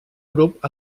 grup